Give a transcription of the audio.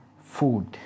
food